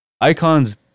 icons